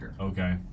okay